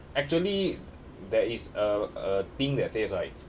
actually there is a a thing that says right